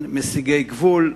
מסיגי גבול,